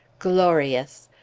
glorious!